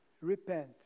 Repent